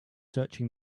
searching